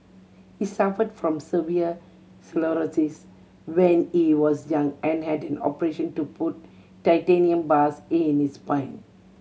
he suffered from severe sclerosis when he was young and had an operation to put titanium bars in his spine